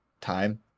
time